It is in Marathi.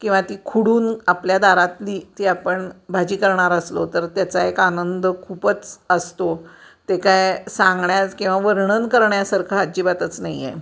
किंवा ती खुडून आपल्या दारातली ती आपण भाजी करणार असलो तर त्याचा एक आनंद खूपच असतो ते काय सांगण्याचं किंवा वर्णन करण्यासारखं अज्जिबातच नाही आहे